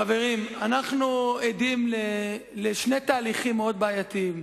חברים, אנחנו עדים לשני תהליכים מאוד בעייתיים.